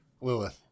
Lilith